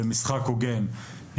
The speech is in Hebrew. למשחק הוגן,